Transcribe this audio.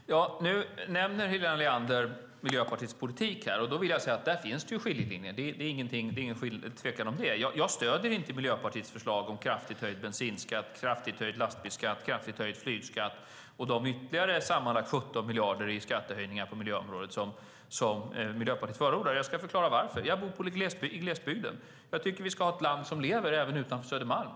Fru talman! Nu nämner Helena Leander Miljöpartiets politik. Där finns skiljelinjer; det rådet ingen tvekan om det. Jag stöder inte Miljöpartiets förslag om kraftigt höjd bensinskatt, kraftigt höjd lastbilsskatt, kraftigt höjd flygskatt och de ytterligare sammanlagt 17 miljarder i skattehöjningar på miljöområdet som Miljöpartiet förordar. Jag ska förklara varför: Jag bor i glesbygden. Jag tycker att vi ska ha ett land som lever även utanför Södermalm.